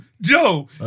Joe